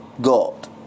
God